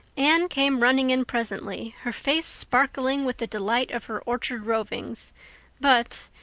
anne came running in presently, her face sparkling with the delight of her orchard rovings but,